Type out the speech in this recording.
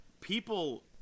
people